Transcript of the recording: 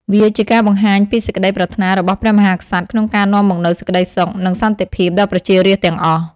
វាជាការបង្ហាញពីសេចក្តីប្រាថ្នារបស់ព្រះមហាក្សត្រក្នុងការនាំមកនូវសេចក្តីសុខនិងសន្តិភាពដល់ប្រជារាស្ត្រទាំងអស់។